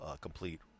complete